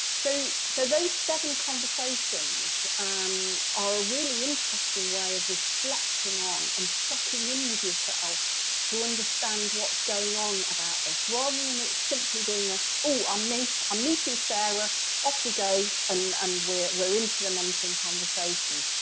so so those seven conversations um are a really interesting way of reflecting on and checking in with yourself to understand what's going on about this. rather than it's simply being a oh i made a meeting sarah off we go and and we're we're into the mentoring conversation,